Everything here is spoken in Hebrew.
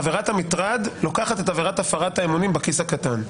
עבירת המטרד לוקחת את עבירת הפרת האמונים בכיס הקטן.